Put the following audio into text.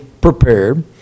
prepared